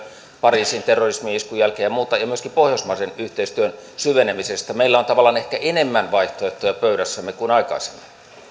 pariisin terrorismi iskun jälkeen myöskin pohjoismaisen yhteistyön syvenemisestä meillä on tavallaan ehkä enemmän vaihtoehtoja pöydässämme kuin aikaisemmin